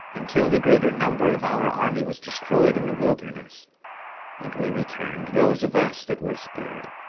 until the greater number of our army was destroyed in the wilderness and we returned, those of us that were spared,